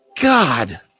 God